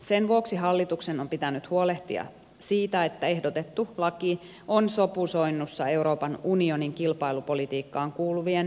sen vuoksi hallituksen on pitänyt huolehtia siitä että ehdotettu laki on sopusoinnussa euroopan unionin kilpailupolitiikkaan kuuluvien valtiontukisääntöjen kanssa